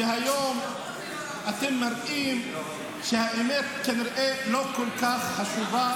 והיום אתם מראים שהאמת כנראה לא כל כך חשובה.